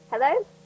Hello